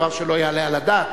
דבר שלא יעלה על הדעת,